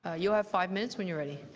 ah you have five minutes when you're ready.